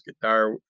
guitar